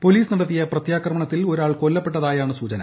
police നടത്തിയ പ്രത്യാക്രമണത്തിൽ ഒരാൾ കൊല്ലപ്പെട്ടതായാണ് സൂചന